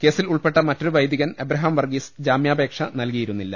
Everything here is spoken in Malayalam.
കേസിൽ ഉൾപ്പെട്ട മറ്റൊരു വൈദികൻ എബ്രഹാം വർഗീസ് ജാമ്യാപേക്ഷ നൽകിയിരുന്നില്ല